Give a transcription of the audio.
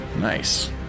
nice